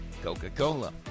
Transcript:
Coca-Cola